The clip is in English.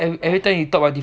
every~ everytime you talk about